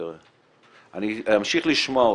אני אמשיך לשמוע אתכם,